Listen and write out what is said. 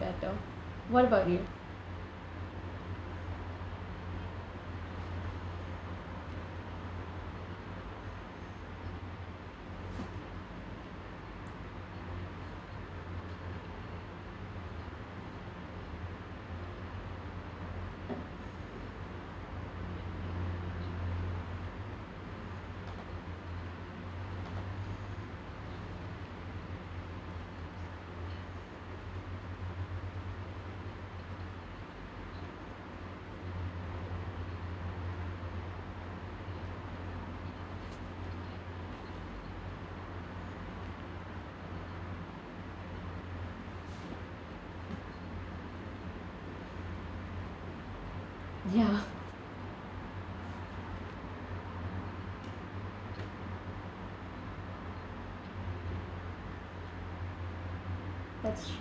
better what about you ya that's true